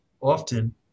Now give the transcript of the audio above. often